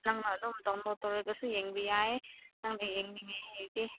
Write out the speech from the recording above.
ꯅꯪꯅ ꯑꯗꯨꯝ ꯗꯥꯎꯟꯂꯣꯗ ꯇꯧꯔꯒꯁꯨ ꯌꯦꯡꯕ ꯌꯥꯏ ꯅꯪꯅ ꯌꯦꯡꯅꯤꯡꯉꯦ ꯍꯥꯏꯔꯗꯤ